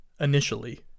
initially